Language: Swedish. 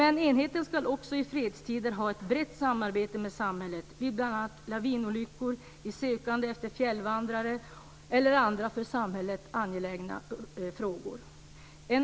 Men enheten ska också i fredstider ha ett brett samarbete med samhället vid bl.a. lavinolyckor, i sökandet efter fjällvandrare eller andra för samhället angelägna frågor.